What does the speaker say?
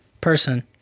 person